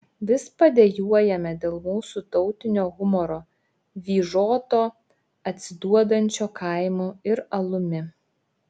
vis padejuojame dėl mūsų tautinio humoro vyžoto atsiduodančio kaimu ir alumi